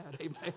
Amen